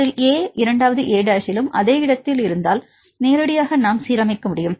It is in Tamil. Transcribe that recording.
ஒன்றில் a இரண்டாவது a' லிம் அதே இடத்தில் இருந்தால் நேரடியாக நாம் சீரமைக்க முடியும்